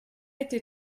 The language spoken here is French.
été